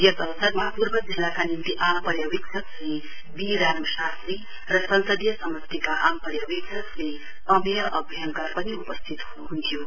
यस अवसरमा पूर्व जिल्लाका निम्ति आम पर्यावेक्ष श्री बी राम शास्त्री र संसदीय समष्टिका आम पर्यावेक्षक श्री अमेय अभ्यङ्कर पनि उपस्थित हृन्हुन्थ्यो